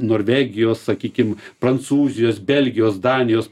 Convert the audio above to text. norvegijos sakykim prancūzijos belgijos danijos